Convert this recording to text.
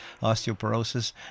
osteoporosis